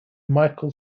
michael